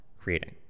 creating